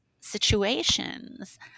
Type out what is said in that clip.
situations